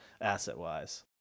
asset-wise